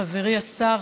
חברי השר,